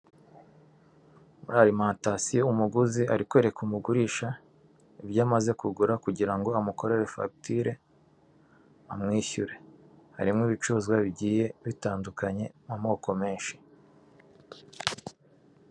Muri arimantasiyo, umuguzi ari kwereka umugurisha ibyo amaze kugura, kugira ngo amukorere fakitire, amwishyure. Harimo ibicuruzwa bigiye bitandukanye, amoko menshi.